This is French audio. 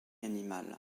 animale